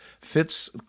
fits